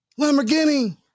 Lamborghini